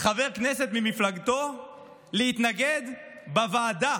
חבר כנסת ממפלגתו להתנגד בוועדה